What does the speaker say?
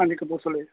ਹਾਂਜੀ ਕਪੂਰਥਲੇ